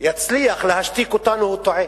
יצליח להשתיק אותנו, הוא טועה.